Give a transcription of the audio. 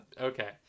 Okay